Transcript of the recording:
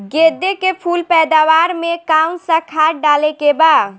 गेदे के फूल पैदवार मे काउन् सा खाद डाले के बा?